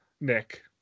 Nick